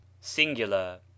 Singular